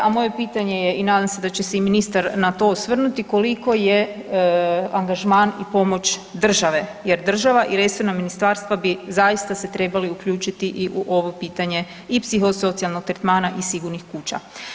A moje pitanje je i nadam se da će se i ministar na to osvrnuti koliko je angažman i pomoć države jer države i resorna ministarstva zaista bi se trebali uključiti i u ovo pitanje i psihosocijalnog tretmana i sigurnih kuća.